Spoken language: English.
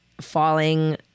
falling